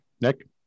Nick